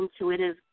intuitive